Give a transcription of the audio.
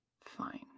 fine